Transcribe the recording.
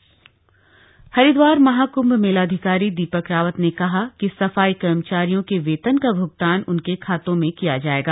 महाकंभ सफाई कर्मचारी हरिदवार महाकृंभ मेलाधिकारी दीपक रावत ने कहा कि सफाई कर्मचारियों के वेतन का भ्गतान उनके खातों में किया जाएगा